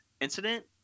incident